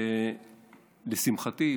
שלשמחתי,